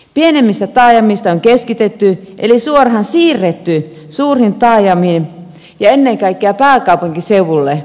pienemmistä taajamista on keskitetty eli suoraan siirretty suuriin taajamiin ja ennen kaikkea pääkaupunkiseudulle